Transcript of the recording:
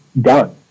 done